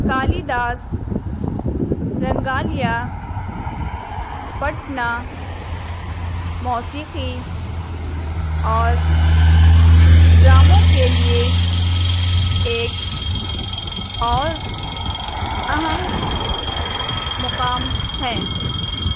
کالی داس رنگالیہ پٹنہ موسیقی اور ڈراموں کے لیے ایک اور اہم مقام ہیں